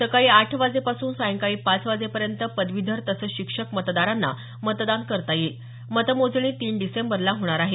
सकाळी आठ वाजेपासून सायंकाळी पाच वाजेपर्यंत पदवीधर तसंच शिक्षक मतदारांना मतदान करता येईल मतमोजणी तीन डिसेंबरला होणार आहे